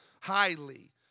highly